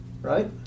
right